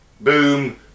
Boom